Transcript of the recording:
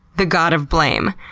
the god of blame.